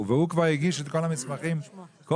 והוא כבר הגיש את כל המסמכים קודם,